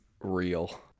real